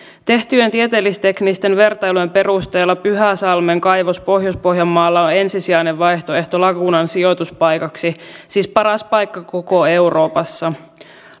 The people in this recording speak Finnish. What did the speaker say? tehtyjen tieteellis teknisten vertailujen perusteella pyhäsalmen kaivos pohjois pohjanmaalla on ensisijainen vaihtoehto lagunan sijoituspaikaksi siis paras paikka koko euroopassa